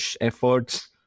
efforts